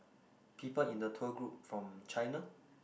people in the tour group from China